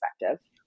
perspective